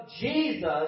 Jesus